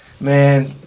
Man